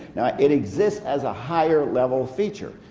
now it exists as a higher-level feature.